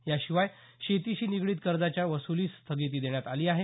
याशिवाय शेतीशी निगडीत कर्जाच्या वसुलीस स्थगिती देण्यात आली आहे